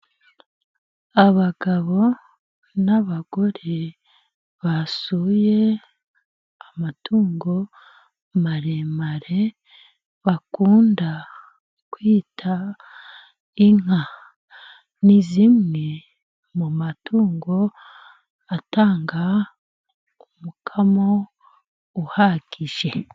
Abagabo n'abagore basuye amatungo maremare, bakunda kwita inka, ni zimwe mu matungo atanga umukamo uhagije.